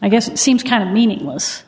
i guess it seems kind of meaningless